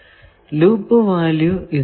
ഈ loop value ഇതാണ്